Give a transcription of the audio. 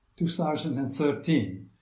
2013